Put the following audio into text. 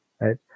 right